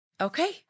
okay